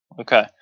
Okay